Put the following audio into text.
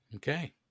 okay